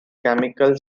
chemical